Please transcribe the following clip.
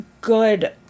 good